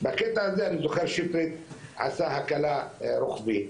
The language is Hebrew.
בקטע הזה אני זוכר שעשה הקלה רוחבית,